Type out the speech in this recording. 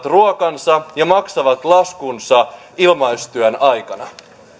ruokansa ja maksavat laskunsa ilmaistyön aikana